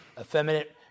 effeminate